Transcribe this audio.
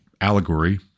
allegory